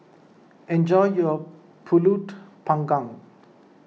enjoy your Pulut Panggang